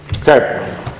Okay